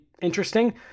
interesting